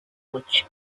which